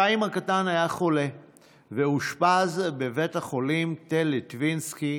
חיים הקטן היה חולה ואושפז בבית החולים תל ליטוינסקי,